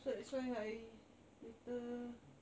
so that's why I later